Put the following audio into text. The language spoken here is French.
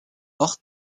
hors